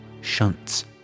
shunts